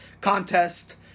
contest